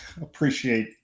appreciate